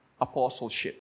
apostleship